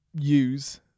use